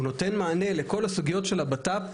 והוא נותן מענה לכל הסוגיות של הבט"פ,